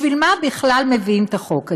בשביל מה בכלל מביאים את החוק הזה?